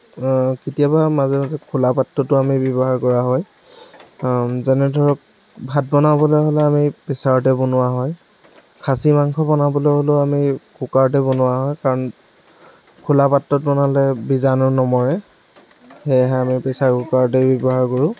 কেতিয়াবা মাজে মাজে খোলা পাত্ৰতো আমি ব্য়ৱহাৰ কৰা হয় যেনে ধৰক ভাত বনাবলৈ হ'লে আমি প্ৰেছাৰতে বনোৱা হয় খাছী মাংস বনাবলৈ হ'লেও আমি কুকাৰতে বনোৱা হয় কাৰণ খোলা পাত্ৰত বনালে বীজাণু নমৰে সেয়েহে আমি প্ৰেছাৰ কুকাৰতে ব্য়ৱহাৰ কৰোঁ